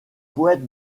poètes